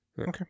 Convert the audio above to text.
Okay